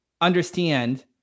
understand